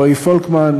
רועי פולקמן,